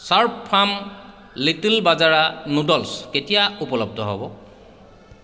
Slurrp Farm Little bajra noodles কেতিয়া উপলব্ধ হ'ব